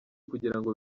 kugirango